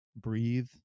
breathe